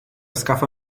skaffa